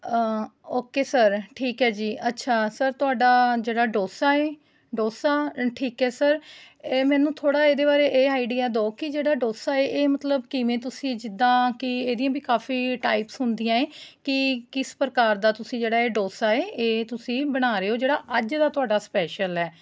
okay sir ਠੀਕ ਹੈ ਜੀ ਅੱਛਾ ਸਰ ਤੁਹਾਡਾ ਜਿਹੜਾ ਡੋਸਾ ਹੈ ਡੋਸਾ ਠੀਕ ਹੈ ਸਰ ਇਹ ਮੈਨੂੰ ਥੋੜ੍ਹਾ ਇਹਦੇ ਬਾਰੇ ਇਹ ਆਈਡੀਆ ਦਿਉ ਕਿ ਜਿਹੜਾ ਡੋਸਾ ਹੈ ਇਹ ਮਤਲਬ ਕਿਵੇਂ ਤੁਸੀਂ ਜਿੱਦਾਂ ਕਿ ਇਹ ਦੀਆਂ ਵੀ ਕਾਫੀ ਟਾਈਪਸ ਹੁੰਦੀਆਂ ਹੈ ਕਿ ਕਿਸ ਪ੍ਰਕਾਰ ਦਾ ਤੁਸੀਂ ਜਿਹੜਾ ਇਹ ਡੋਸਾ ਹੈ ਇਹ ਤੁਸੀਂ ਬਣੇ ਰਹੇ ਹੋ ਜਿਹੜਾ ਅੱਜ ਦਾ ਤੁਹਾਡਾ ਸਪੈਸ਼ਲ ਹੈ